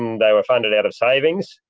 and they were funded out of savings.